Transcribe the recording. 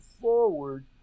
forward